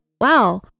wow